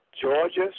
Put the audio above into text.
Georgia